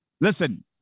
listen